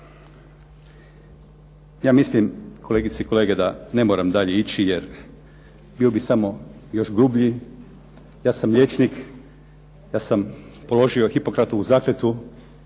Ja mislim kolegice i kolege da ne moram dalje ići jer bio bih samo još grublji, ja sam liječnik, ja sam položio Hipokratovu zakletvu.